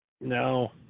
no